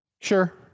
Sure